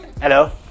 Hello